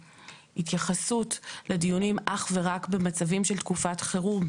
ההתייחסות לדיונים אך ורק במצבים של תקופת חירום,